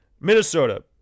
Minnesota